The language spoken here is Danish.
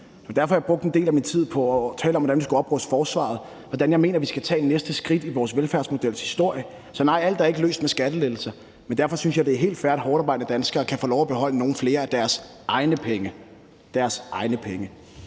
derfor, jeg brugte en del af min tid på at tale om, hvordan vi skulle opruste forsvaret, og hvordan jeg mener vi skal tage næste skridt i vores velfærdsmodels historie. Så nej, alt er ikke løst med skattelettelser. Men derfor synes jeg, at det er helt fair, at hårdtarbejdende danskere kan få lov til at beholde nogle flere af deres egne penge – deres egne penge.